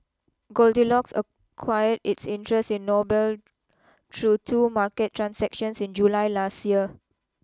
goldilocks acquired its interest in Noble through two market transactions in July last year